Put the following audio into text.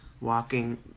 walking